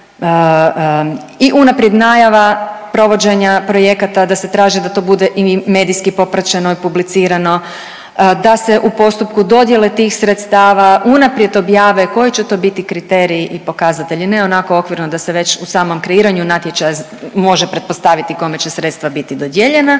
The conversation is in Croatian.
i unaprijed najava provođenja projekata, da se traži da to bude i medijski popraćeno i publicirano, da se u postupku dodjele tih sredstava unaprijed objavi koji će to biti kriteriji i pokazatelji ne onako okvirno da se već u samom kreiranju natječaja može pretpostaviti kome će sredstva biti dodijeljena